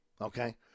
okay